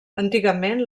antigament